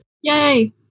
yay